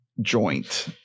Joint